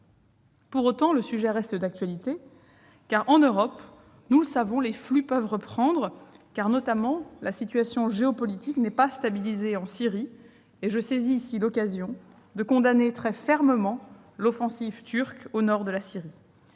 Pour autant, le sujet reste d'actualité : en Europe, nous le savons, les flux peuvent reprendre, car la situation géopolitique n'est pas stabilisée en Syrie. Je saisis d'ailleurs l'occasion pour condamner très fermement l'offensive turque au nord de la Syrie.